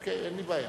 אוקיי, אין לי בעיה.